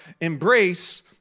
embrace